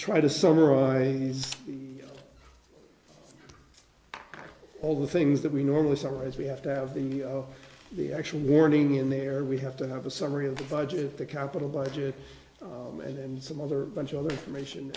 try to summarize the all the things that we normally summarize we have to have the the actual warning in there we have to have a summary of the budget the capital budget and some other bunch of other information